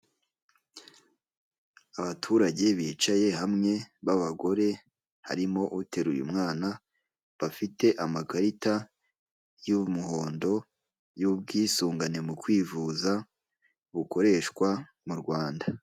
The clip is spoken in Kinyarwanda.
Abaturage bicaye hamwe b'abagore harimo uteruye umwana, bafite amakarita y'umuhondo y'ubwisungane mu kwivuza bukoreshwa mu Rwanda.